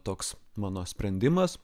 toks mano sprendimas